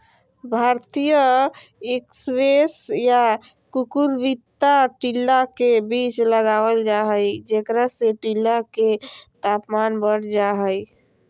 भारतीय स्क्वैश या कुकुरविता टीला के बीच लगावल जा हई, जेकरा से टीला के तापमान बढ़ जा हई